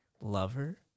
Lover